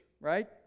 right